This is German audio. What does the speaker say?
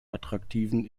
attraktiven